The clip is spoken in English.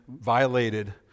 violated